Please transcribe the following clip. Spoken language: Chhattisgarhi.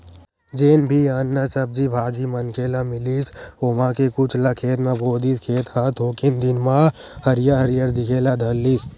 जेन भी अन्न, सब्जी भाजी मनखे ल मिलिस ओमा के कुछ ल खेत म बो दिस, खेत ह थोकिन दिन म हरियर हरियर दिखे ल धर लिस